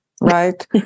right